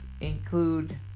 include